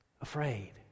afraid